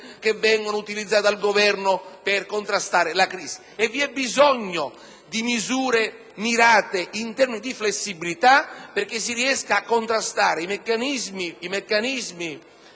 che vengono utilizzate dal Governo per contrastare la crisi e vi è bisogno di misure mirate in termini di flessibilità perché si riesca a contrastare i meccanismi